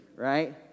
Right